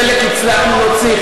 חלק הצלחנו להוציא,